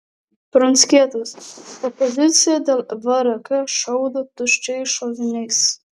pranckietis opozicija dėl vrk šaudo tuščiais šoviniais